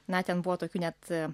na ten buvo tokių net